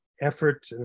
effort